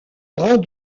grand